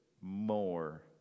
more